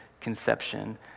conception